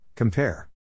Compare